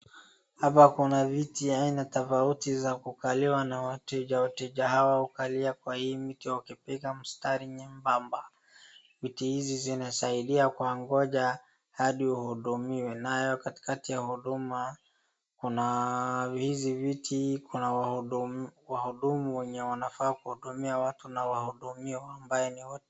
Hapa Kuna viti ya aina tofauti za kukaliwa na wateja, wateja Hawa hukalia kwa hii miti wakipiga mstari nyembamba, viti hizi zinasaidia kuwagoja hadi wahudumiwe, nayo katikati ya huduma Kuna hizi viti Kuna wahudumu wenye wanafaa kuhudumia watu na wahudumiwa ambaye ni.